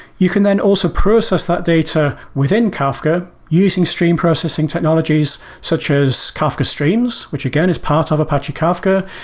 you can then also process that data within kafka using stream processing technologies such as kafka streams, which again is part of apache kafka.